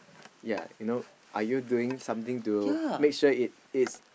yea you know are you doing something to make sure it is